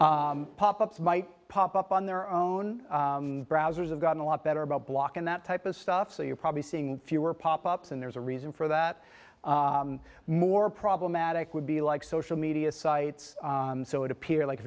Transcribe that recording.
pop ups might pop up on their own browsers have gotten a lot better about blocking that type of stuff so you're probably seeing fewer pop ups and there's a reason for that more problematic would be like social media sites so it appear like